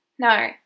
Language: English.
No